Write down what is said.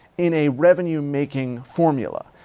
in a revenue making formula,